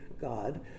God